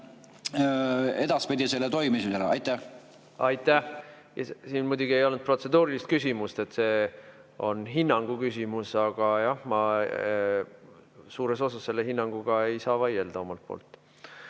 edaspidisele toimumisele? Aitäh! Siin muidugi ei olnud protseduurilist küsimust, see on hinnangu küsimus. Aga jah, ma suures osas selle hinnanguga ei saa vaielda omalt poolt.